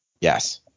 Yes